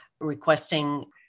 requesting